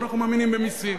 אנחנו מאמינים במסים.